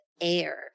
air